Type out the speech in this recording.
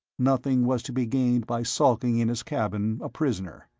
nothing was to be gained by sulking in his cabin, a prisoner.